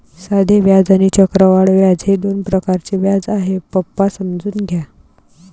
साधे व्याज आणि चक्रवाढ व्याज हे दोन प्रकारचे व्याज आहे, पप्पा समजून घ्या